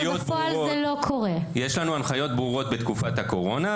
אבל בפועל זה לא קורה.) יש לנו הנחיות ברורות בתקופת הקורונה,